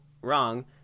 wrong